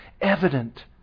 evident